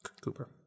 Cooper